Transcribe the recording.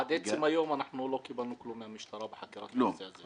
עד עצם היום אנחנו לא קיבלנו כלום מהמשטרה בחקירת הנושא הזה.